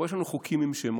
פה יש לנו חוקים עם שמות.